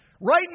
Right